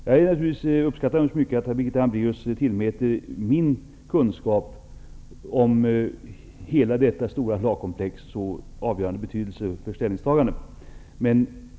Jag uppskattar naturligtvis mycket att Birgitta Hambraeus tillmäter min kunskap om hela detta stora lagkomplex så avgörande betydelse för ställningstagandet.